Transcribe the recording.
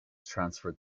transferred